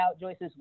Joyce's